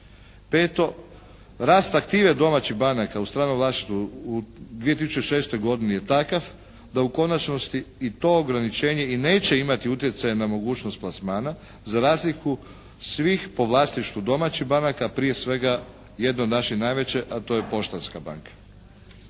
Peto. Rast aktive domaćih banaka u stranom vlasništvu u 2006. godini je takav da u konačnosti i to ograničenje i neće imati utjecaj na mogućnost plasmana za razliku svih po vlasništvu domaćih banaka, a prije svega jedne od naše najveće a to je Poštanska banka.